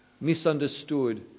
misunderstood